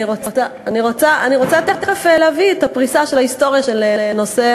אני תכף אביא את הפריסה של ההיסטוריה של נושא